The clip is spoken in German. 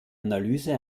analyse